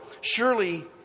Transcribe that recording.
Surely